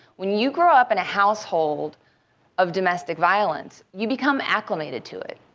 when you grow up in a household of domestic violence, you become acclimated to it.